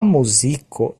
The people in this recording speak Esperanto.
muziko